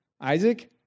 Isaac